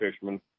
fisherman